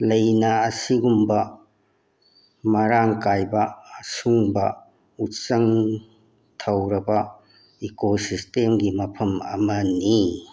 ꯂꯩꯅꯥ ꯑꯁꯤꯒꯨꯝꯕ ꯃꯔꯥꯡ ꯀꯥꯏꯕ ꯑꯁꯨꯡꯕ ꯎꯆꯪ ꯊꯧꯔꯕ ꯏꯀꯣ ꯁꯤꯁꯇꯦꯝꯒꯤ ꯃꯐꯝ ꯑꯃꯅꯤ